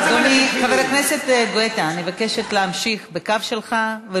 אני קוראת אותך לסדר פעם שלישית.